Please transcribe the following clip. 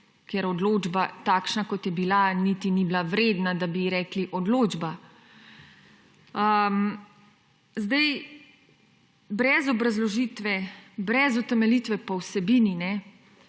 ker odločba, kakršna je bila, niti ni bila vredna, da bi ji rekli odločba. Brez obrazložitve, brez utemeljitve po vsebini